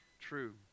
true